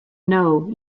know